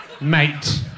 mate